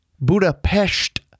Budapest